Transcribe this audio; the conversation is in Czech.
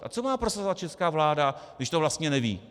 A co má prosazovat česká vláda, když to vlastně neví?